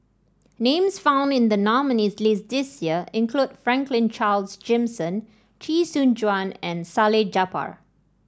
names found in the nominees' list this year include Franklin Charles Gimson Chee Soon Juan and Salleh Japar